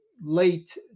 late